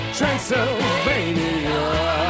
Transylvania